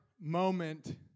moment